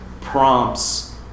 prompts